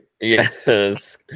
Yes